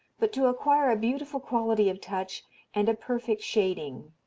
but to acquire a beautiful quality of touch and a perfect shading.